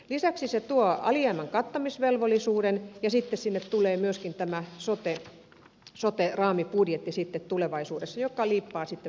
lisäksi se tuo alijäämän kattamisvelvollisuuden ja sitten sinne tulee myöskin tulevaisuudessa tämä sote raamibudjetti joka liippaa sitten myöskin kuntalakia